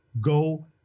go